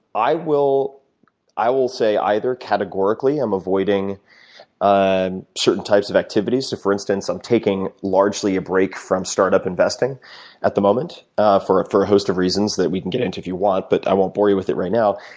i will i will say either categorically i'm avoiding certain types of activities. so for instance, i'm taking largely a break from startup investing at the moment ah for a host of reasons that we can get into if you want, but i won't bore you with it right now.